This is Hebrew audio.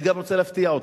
אני גם רוצה להפתיע אותך: